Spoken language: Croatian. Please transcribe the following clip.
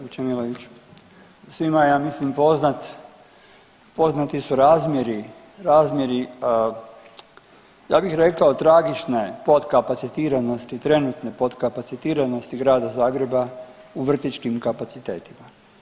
Kolegice Vučemilović, svima je ja mislim poznat, poznati su razmjeri, razmjeri ja bih rekao tragične potkapacitiranosti, trenutne potkapacitiranosti Grada Zagreba u vrtićkim kapacitetima.